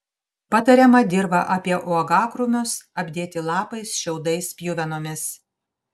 patariama dirvą apie uogakrūmius apdėti lapais šiaudais pjuvenomis